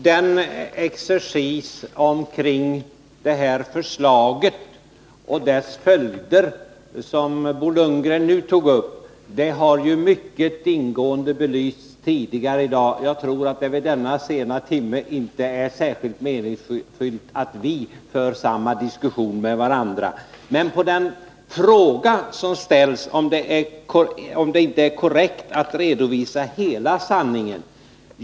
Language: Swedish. Herr talman! Den exercis omkring det här förslaget och dess följder som Bo Lundgren nu tog upp har belysts mycket ingående tidigare i dag. Jag tror att det vid denna sena timme inte är särskilt meningsfullt att vi för samma diskussion med varandra. Men jag vill svara på den fråga som ställts, om det inte är korrekt att redovisa hela sanningen.